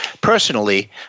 personally